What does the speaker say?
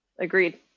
Agreed